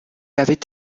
avait